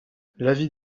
l’avis